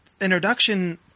introduction